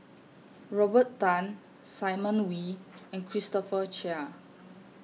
Robert Tan Simon Wee and Christopher Chia